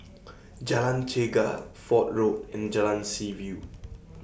Jalan Chegar Fort Road and Jalan Seaview